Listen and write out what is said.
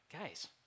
Guys